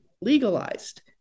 legalized